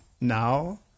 now